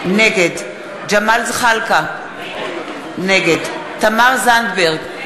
נגד ג'מאל זחאלקה, נגד תמר זנדברג,